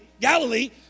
Galilee